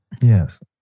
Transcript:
yes